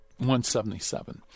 177